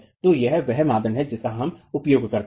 तो यह वह मानदंड है जिसका हम उपयोग करते हैं